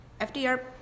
FDR